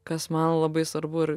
kas man labai svarbu ir